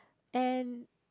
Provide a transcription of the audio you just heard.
and